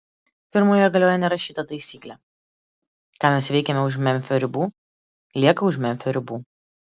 firmoje galioja nerašyta taisyklė ką mes veikiame už memfio ribų lieka už memfio ribų